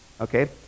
Okay